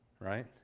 right